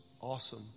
awesome